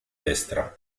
destra